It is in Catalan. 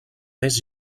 més